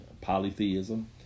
polytheism